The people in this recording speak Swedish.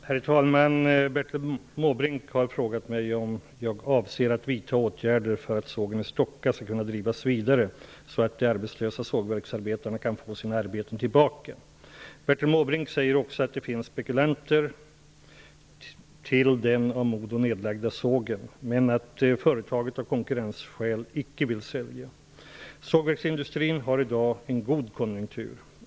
Herr talman! Bertil Måbrink har frågat mig om jag avser att vidta åtgärder för att sågen i Stocka skall kunna drivas vidare så att de arbetslösa sågverksarbetarna kan få sina arbeten tillbaka. Bertil Måbrink anför också att det finns spekulanter till den av Modo nedlagda sågen, men att företaget av konkurrensskäl inte vill sälja. Sågverksindustrin har i dag en god konjunktur.